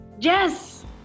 Yes